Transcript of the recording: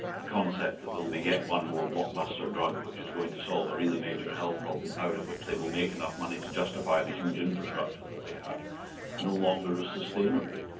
the concept that they'll be yet one more blockbuster drug which is going to solve a really major health problem out of which they will make enough money to justify the huge infrastructure that they have no longer is sustainable,